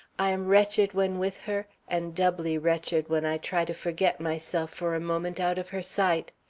i am wretched when with her, and doubly wretched when i try to forget myself for a moment out of her sight.